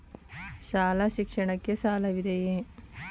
ಶಾಲಾ ಶಿಕ್ಷಣಕ್ಕೆ ಸಾಲವಿದೆಯೇ?